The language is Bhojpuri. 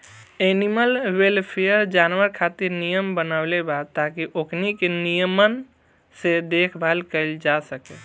एनिमल वेलफेयर, जानवर खातिर नियम बनवले बा ताकि ओकनी के निमन से देखभाल कईल जा सके